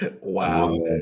Wow